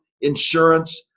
insurance